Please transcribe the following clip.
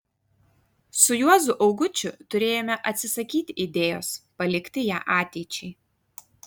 su juozu augučiu turėjome atsisakyti idėjos palikti ją ateičiai